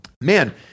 man